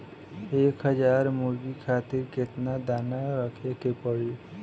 एक हज़ार मुर्गी खातिर केतना दाना रखे के पड़ी?